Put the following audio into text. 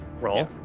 roll